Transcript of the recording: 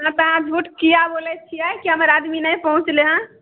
नहि तऽ अहाँ झूठ किए बोलैत छियै कि हमर आदमी नहि पहुँचलै हँ